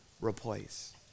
replace